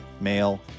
Male